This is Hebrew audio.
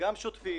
וגם שוטפים